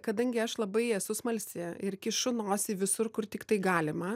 kadangi aš labai esu smalsi ir kišu nosį visur kur tiktai galima